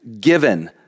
given